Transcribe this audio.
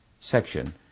section